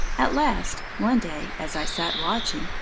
at last one day, as i sat watching,